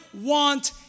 want